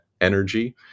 energy